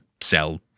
sell